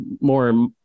more